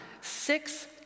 six